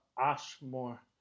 Ashmore